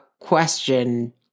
question